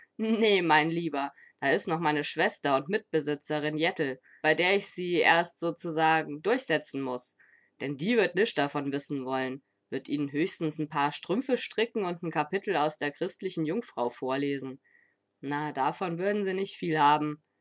nee mein lieber da is noch meine schwester und mitbesitzerin jettel bei der ich sie erst sozusagen durchsetzen muß denn die wird nischt davon wissen wollen wird ihn'n höchstens n paar strümpfe stricken und n kapitel aus der christlichen jungfrau vorlesen na davon würden sie nich viel haben